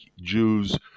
Jews